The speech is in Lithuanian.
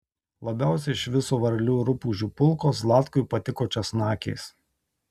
labiausiai iš viso varlių ir rupūžių pulko zlatkui patiko česnakės